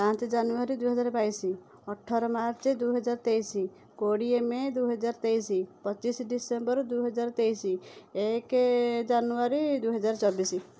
ପାଞ୍ଚ ଜାନୁୟାରୀ ଦୁଇ ହଜାର ବାଇଶି ଅଠର ମାର୍ଚ୍ଚ ଦୁଇ ହଜାର ତେଇଶି କୋଡ଼ିଏ ମେ ଦୁଇ ହଜାର ତେଇଶି ପଚିଶ ଡିସେମ୍ୱର ଦୁଇ ହଜାର ତେଇଶି ଏକ ଜାନୁୟାରୀ ଦୁଇ ହଜାର ଚବିଶି